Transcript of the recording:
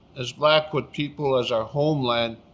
as blackfoot people as our homeland,